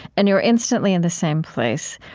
and you are instantly in the same place.